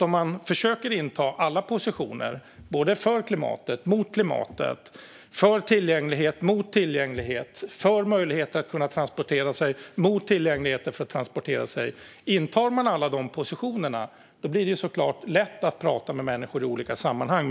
Om man försöker att inta alla positioner - både för och emot klimatet, för och emot tillgänglighet och för och emot möjligheten att kunna transportera sig - blir det såklart lätt att prata med människor i olika sammanhang.